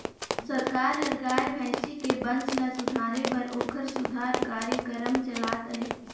सरकार हर गाय, भइसी के बंस ल सुधारे बर ओखर सुधार कार्यकरम चलात अहे